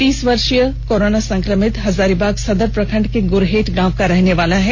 तीस वर्षीय कोरोना संक्रमित हजारीबाग सदर प्रखंड के ग्रहेत गांव का रहने वाला है